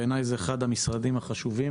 בעיניי זה אחד המשרדים החשובים